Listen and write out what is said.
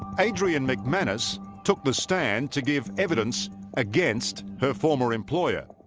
adrian mcmanus took the stand to give evidence against her former employer.